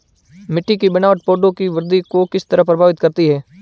मिटटी की बनावट पौधों की वृद्धि को किस तरह प्रभावित करती है?